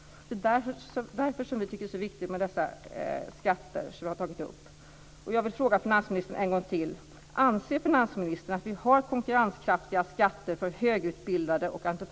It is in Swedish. Det är därför som vi tycker att det är så viktigt med dessa skatter, som vi har tagit upp.